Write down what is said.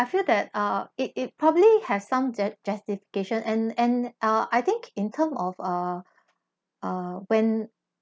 I feel that uh it it probably have some justi~ justification and and uh I think in term of uh uh when